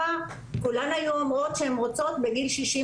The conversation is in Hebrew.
כולן היו אומרות שהן רוצות בגיל 67,